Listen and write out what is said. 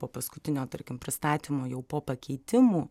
po paskutinio tarkim pristatymo jau po pakeitimų